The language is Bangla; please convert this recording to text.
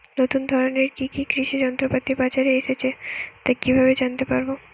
নতুন ধরনের কি কি কৃষি যন্ত্রপাতি বাজারে এসেছে তা কিভাবে জানতেপারব?